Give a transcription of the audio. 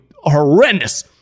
horrendous